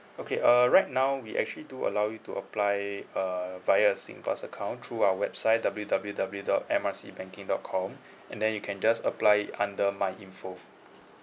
okay err right now we actually do allow you to apply uh via a singpass account through our website W W W dot M R C banking dot com and then you can just apply it under my info